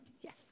yes